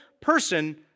person